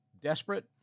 Desperate